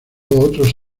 otros